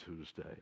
Tuesday